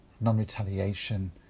non-retaliation